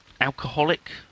alcoholic